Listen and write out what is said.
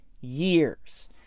years